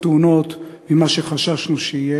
עם כל הטענות והביקורות שיש על הסופה שהייתה,